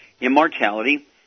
Immortality